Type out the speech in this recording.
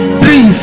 three